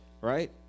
right